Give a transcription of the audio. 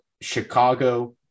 Chicago